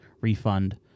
refund